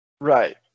Right